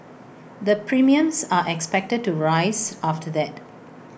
the premiums are expected to rise after that